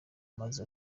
maze